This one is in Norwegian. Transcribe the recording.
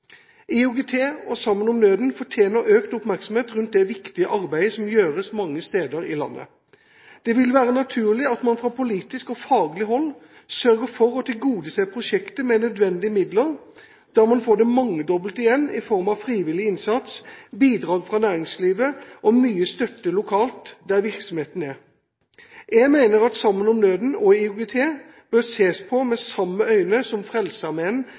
IOGT og «Sammen om nøden» fortjener økt oppmerksomhet rundt det viktige arbeidet som gjøres mange steder i landet. Det vil være naturlig at man fra politisk og faglig hold sørger for å tilgodese prosjektet med nødvendige midler, da man får det mangedobbelte igjen i form av frivillig innsats, bidrag fra næringslivet og mye støtte lokalt der virksomheten er. Jeg mener at «Sammen om nøden» og IOGT bør ses på med samme øyne som